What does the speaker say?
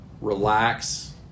relax